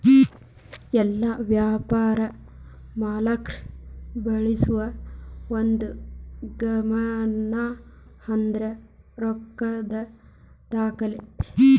ಎಲ್ಲಾ ವ್ಯಾಪಾರ ಮಾಲೇಕ್ರ ಬಳಸೋ ಒಂದು ಗಮನಾರ್ಹದ್ದ ರೊಕ್ಕದ್ ದಾಖಲೆ